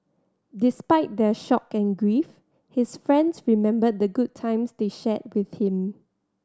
despite their shock and grief his friends remembered the good times they shared with him